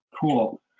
Cool